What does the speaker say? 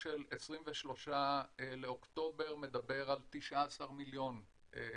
של 23 באוקטובר מדבר על 19 מיליון הורדות.